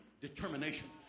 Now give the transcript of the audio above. determination